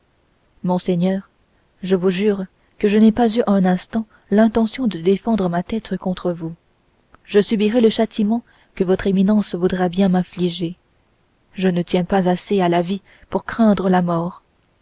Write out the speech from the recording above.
monseigneur je vous jure que je n'ai pas eu un instant l'intention de défendre ma tête contre vous je subirai le châtiment que votre éminence voudra bien m'infliger je ne tiens pas assez à la vie pour craindre la mort